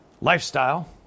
lifestyle